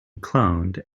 cloned